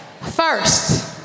First